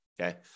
okay